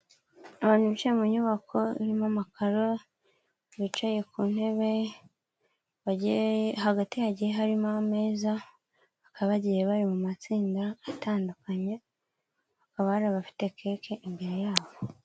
Abantu binjira mu nyubako irimo amakaro, bicaye ku ntebe, hagati hagihe harimo ameza, akaba bagiye bari mu matsinda atandukanye, akaba hari abafite keke, imbere yabo.